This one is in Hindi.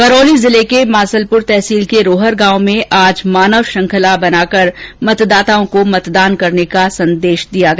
करौली जिले के मासलपुर तहसील के रोहर गांव में आज मानव श्रृंखला बनाकर मतदाताओं को मतदान करने का संदेश दिया गया